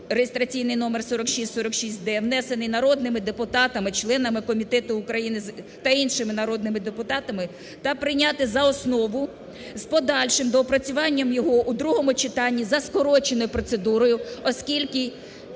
(реєстраційний номер 4646-д), внесений народними депутатами членами комітету та іншими народними депутатами, та прийняти за основу з подальшим доопрацюванням його у другому читанні за скороченою процедурою, оскільки